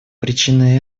причины